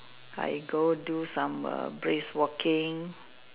I go do some err brisk walking